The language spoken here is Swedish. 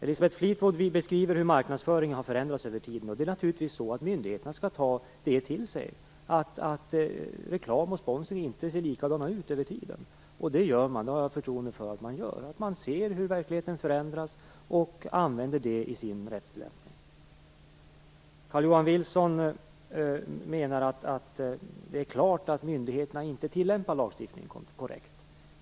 Elisabeth Fleetwood beskriver hur marknadsföringen har förändrats över tiden. Myndigheterna skall naturligtvis ta till sig att reklam och sponsring inte ser ut på samma sätt över tiden. Jag har förtroende för att man gör det. Man ser hur verkligheten förändras och använder det i sin rättstillämpning. Carl-Johan Wilson menar att myndigheterna inte tillämpar lagstiftningen korrekt.